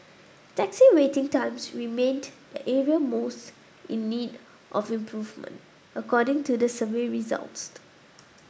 taxi waiting times remained the area most in need of improvement according to the survey results